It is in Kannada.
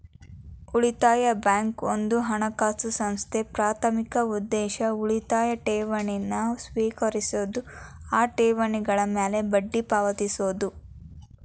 ಉಳಿತಾಯ ಬ್ಯಾಂಕ್ ಒಂದ ಹಣಕಾಸು ಸಂಸ್ಥೆ ಪ್ರಾಥಮಿಕ ಉದ್ದೇಶ ಉಳಿತಾಯ ಠೇವಣಿನ ಸ್ವೇಕರಿಸೋದು ಆ ಠೇವಣಿಗಳ ಮ್ಯಾಲೆ ಬಡ್ಡಿ ಪಾವತಿಸೋದು